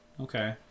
Okay